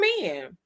men